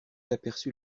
aperçut